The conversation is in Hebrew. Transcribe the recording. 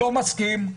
לא מסכים.